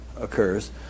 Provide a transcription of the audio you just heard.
occurs